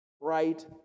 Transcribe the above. Right